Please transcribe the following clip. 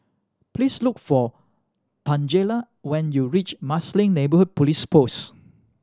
please look for Tangela when you reach Marsiling Neighbour Police Post